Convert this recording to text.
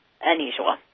unusual